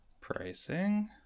Pricing